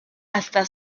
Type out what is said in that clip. hasta